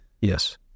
Yes